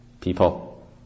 people